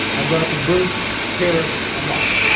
and welcome bruce, kieran, and ross.